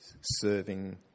serving